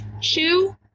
shoe